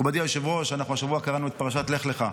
מכובדי היושב-ראש, השבוע קראנו את פרשת לך לך.